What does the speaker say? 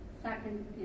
Second